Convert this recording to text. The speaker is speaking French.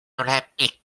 olympiques